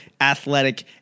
athletic